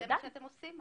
זה מה שאתם עושים?